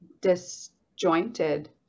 disjointed